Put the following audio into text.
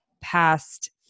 past